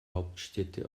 hauptstädte